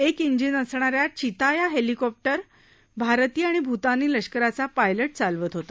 एक ाजिन असणा या चिता या हेलिकॉप्टर भारतीय आणि भुतानी लष्कराचा पायलट चालवत होता